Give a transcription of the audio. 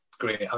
Great